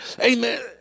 Amen